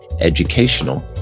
educational